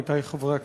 עמיתי חברי הכנסת,